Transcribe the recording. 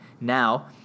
Now